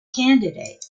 candidate